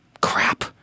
crap